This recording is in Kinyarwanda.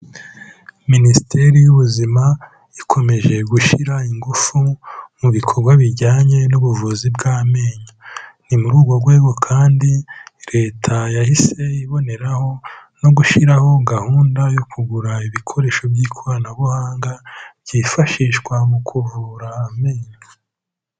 Minisiteri y'Ubuzima ikomeje gushyira ingufu mu bikorwa bijyanye n'ubuvuzi bw'amenyo. Ni muri urwo rwego kandi Leta yahise iboneraho no gushyiraho gahunda yo kugura ibikoresho by'ikoranabuhanga, byifashishwa mu kuvura amenyo.